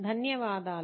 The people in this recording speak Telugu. ధన్యవాదాలు